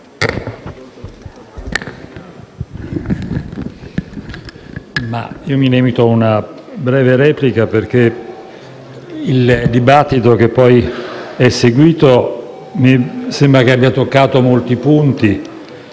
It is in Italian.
limiterò a una breve replica, perché il dibattito che è seguito mi sembra abbia toccato molti punti